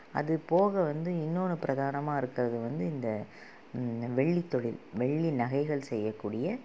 அது போக வந்து இன்னோன்னு பிரதானமாக இருக்கிறது வந்து இந்த வெள்ளித் தொழில் வெள்ளி நகைகள் செய்யக்கூடிய